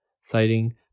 citing